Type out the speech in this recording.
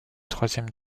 troisième